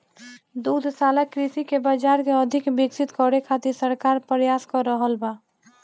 दुग्धशाला कृषि के बाजार के अधिक विकसित करे खातिर सरकार प्रयास क रहल बा